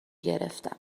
گرفتم